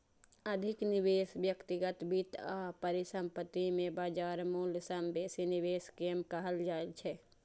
अधिक निवेश व्यक्तिगत वित्त आ परिसंपत्ति मे बाजार मूल्य सं बेसी निवेश कें कहल जाइ छै